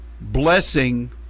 blessing